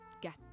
get